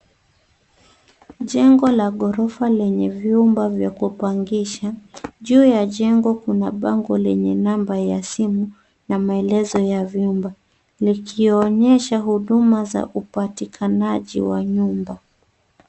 Jengo la ghorofa lenye vyumba vya kupangisha .Juu ya jengo kuna bango lenye namba ya simu, na maelezo ya vyumba, likionyesha huduma za upatikanaji wa nyumba .